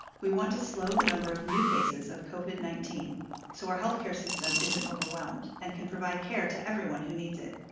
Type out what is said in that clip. we want to slow the number of new cases of covid nineteen so our healthcare system isn't overwhelmed and can provide care to everyone who needs it.